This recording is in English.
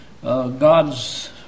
God's